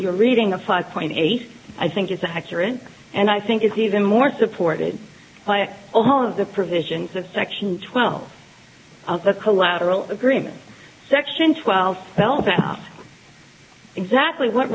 you're reading a five point eight i think it's accurate and i think it's even more supported by all of the provisions of section twelve of the collateral agreement section twelve belstaff exactly what